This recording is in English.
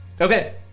Okay